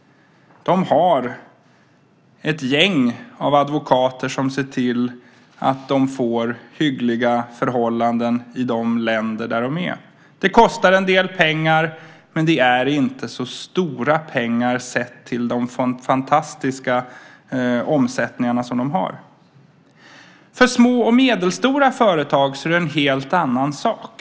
De har ett gäng av advokater som ser till att företagen får hyggliga förhållanden i de länder där de finns. Det kostar en del pengar, men det är inte så stora pengar sett till de fantastiska omsättningar som de har. För små och medelstora företag är det en helt annan sak.